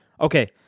Okay